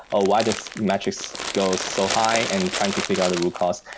ah why this metrics goes so high? and trying to figure out the root cause.